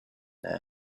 their